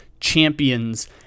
champions